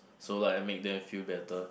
so like I make them feel better